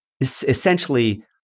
essentially